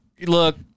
look